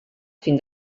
fin